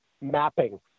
mapping